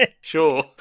sure